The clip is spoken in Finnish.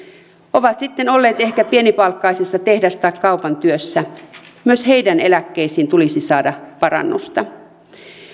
ovat sitten olleet ehkä pienipalkkaisessa tehdas tai kaupan työssä myös heidän eläkkeisiinsä tulisi saada parannusta